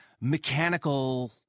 mechanical